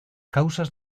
causas